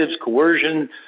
coercion